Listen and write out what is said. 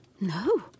No